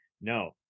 no